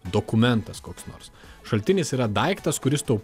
dokumentas koks nors šaltinis yra daiktas kuris tau